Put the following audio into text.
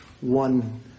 one